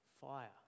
fire